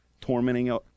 tormenting